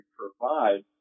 provide